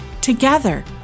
Together